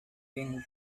been